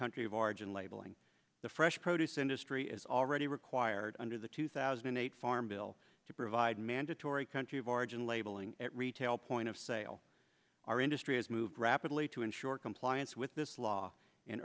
country of origin labeling the fresh produce industry is already required under the two thousand and eight farm bill to provide mandatory country of origin labeling it retail point of sale our industry has moved rapidly to ensure compliance with this law